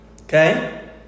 Okay